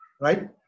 right